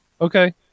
Okay